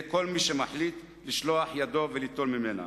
כל מי שמחליט לשלוח ידו וליטול ממנה.